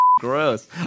gross